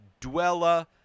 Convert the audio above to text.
Dwella